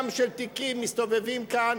ים של תיקים מסתובבים כאן,